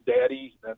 daddy